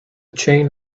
chain